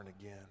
again